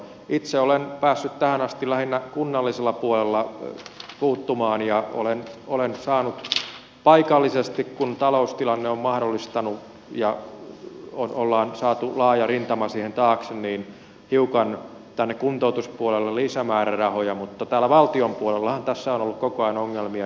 itse olen päässyt tähän asti lähinnä kunnallisella puolella puuttumaan ja olen saanut paikallisesti kun taloustilanne on mahdollistanut ja on saatu laaja rintama siihen taakse hiukan tänne kuntoutuspuolelle lisämäärärahoja mutta täällä valtion puolella tässä on ollut koko ajan ongelmia